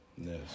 Yes